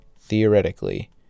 Theoretically